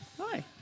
hi